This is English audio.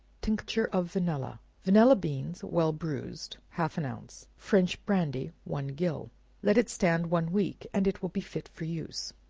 tincture of vanilla. vanilla beans, well bruised, half an ounce french brandy, one gill let it stand one week, and it will be fit for use.